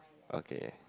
okay